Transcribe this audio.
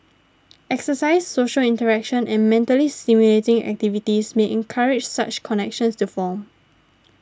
exercise social interaction and mentally stimulating activities may encourage such connections to form